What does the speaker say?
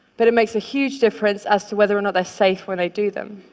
but it makes a huge difference as to whether or not they're safe when they do them.